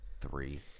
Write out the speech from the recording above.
Three